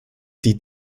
die